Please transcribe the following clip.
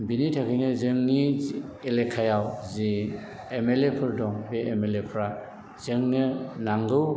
बिनि थाखायनो जोंनि एलेकायाव G M L A four दं बे एम एल एफ्रा जोंनो नांगौ